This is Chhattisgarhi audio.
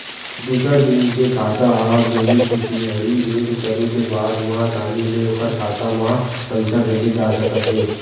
दूसर बेंक के खाता ह बेनिफिसियरी एड करे के बाद म असानी ले ओखर खाता म पइसा भेजे जा सकत हे